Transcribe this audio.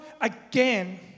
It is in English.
again